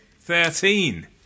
Thirteen